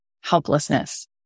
helplessness